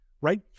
right